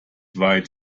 weit